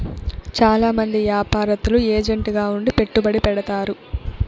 చాలా మంది యాపారత్తులు ఏజెంట్ గా ఉండి పెట్టుబడి పెడతారు